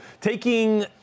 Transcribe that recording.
taking